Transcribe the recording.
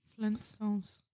Flintstones